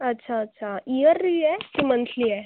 अच्छा अच्छा इअर्ली आहे की मंथली आहे